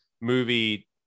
movie